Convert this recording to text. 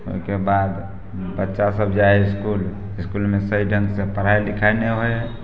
ओइके बाद बच्चा सभ जाइ हइ इसकुल इसकुलमे सही ढङ्गसँ पढ़ाइ लिखाइ नहि होइ हइ